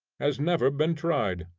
has never been tried.